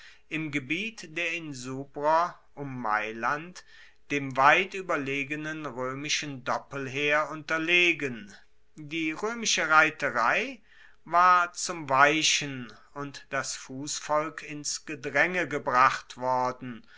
im gebiet der insubrer um mailand dem weit ueberlegenen roemischen doppelheer unterlegen die roemische reiterei war zum weichen und das fussvolk ins gedraenge gebracht worden